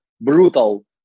brutal